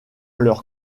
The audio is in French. leur